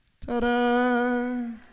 Ta-da